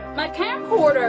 my camcorder